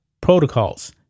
protocols